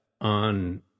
on